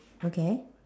okay